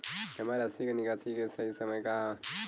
जमा राशि क निकासी के सही समय का ह?